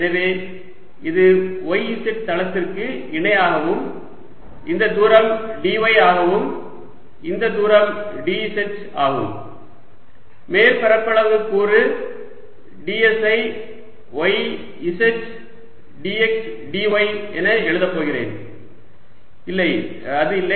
எனவே இது yz தளத்திற்கு இணையாகவும் இந்த தூரம் dy ஆகவும் இந்த தூரம் dz ஆகும் மேற்பரப்பளவு கூறு ds ஐ y z dx dy என எழுதப் போகிறேன் இல்லை அது இல்லை